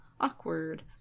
Awkward